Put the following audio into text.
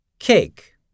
Cake